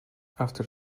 after